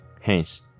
Hence